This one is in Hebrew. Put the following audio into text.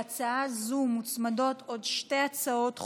להצעה זו מוצמדות עוד שתי הצעות חוק.